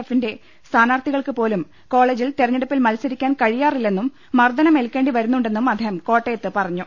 F ന്റെ സ്ഥാനാർത്ഥികൾക്ക് പോലും കോളേജിൽ തെരഞ്ഞെടുപ്പിൽ മത്സ രിക്കാൻ കഴിയാറില്ലെന്നും മർദ്ദനം ഏൽക്കേണ്ടിവരുന്നുണ്ടെന്നും അദ്ദേഹം കോട്ടയത്ത് പറഞ്ഞു